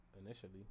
initially